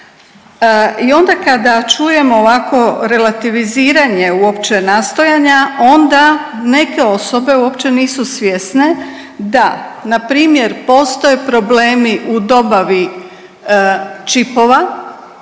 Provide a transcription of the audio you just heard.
I onda kada čujemo ovakvo relativiziranje uopće nastojanja onda neke osobe uopće nisu svjesne da npr. postoje problemi u dobavi čipova